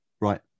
Right